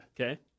Okay